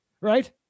right